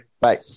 Bye